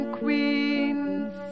queens